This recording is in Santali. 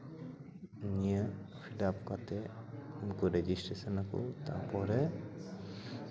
ᱱᱤᱭᱟᱹ ᱯᱷᱤᱞᱟᱯ ᱠᱟᱛᱮᱫ ᱩᱱᱠᱩ ᱨᱮᱡᱤᱥᱴᱮᱥᱚᱱ ᱟᱠᱚ ᱛᱟᱨᱯᱚᱨᱮ